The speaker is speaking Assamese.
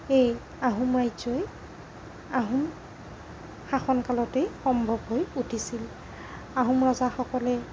এই আহোম ৰাজ্যই আহোম শাসন কালতেই সম্ভৱ হৈ উঠিছিল আহোম ৰজাসকলে